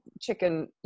chicken